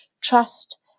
trust